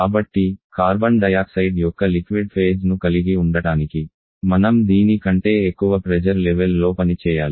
కాబట్టి carbon dioxide యొక్క liquid phase ను కలిగి ఉండటానికి మనం దీని కంటే ఎక్కువ ప్రెజర్ లెవెల్ లో పనిచేయాలి